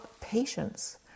patience